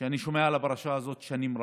ששומע על הפרשה הזאת שנים רבות,